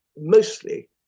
mostly